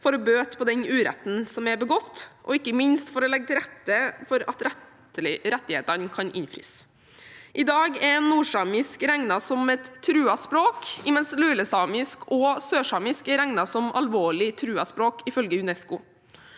for å bøte på den uretten som er begått, og ikke minst for å legge til rette for at rettighetene kan innfris. I dag er nordsamisk regnet som et truet språk, mens lulesamisk og sørsamisk er regnet som alvorlig truede språk, ifølge UNESCO.